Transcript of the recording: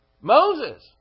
Moses